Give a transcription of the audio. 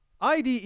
IDE